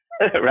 right